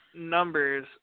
numbers